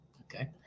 okay